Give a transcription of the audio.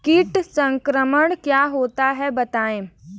कीट संक्रमण क्या होता है बताएँ?